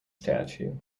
statue